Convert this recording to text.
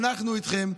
אנחנו איתכם,